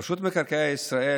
רשות מקרקעי ישראל,